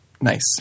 nice